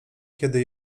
kiedy